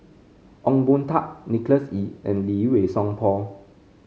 Ong Boon Tat Nicholas Ee and Lee Wei Song Paul